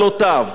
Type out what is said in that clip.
פאשיסט,